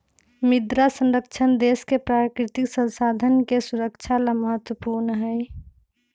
मृदा संरक्षण देश के प्राकृतिक संसाधन के सुरक्षा ला महत्वपूर्ण हई